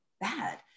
bad